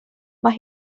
mae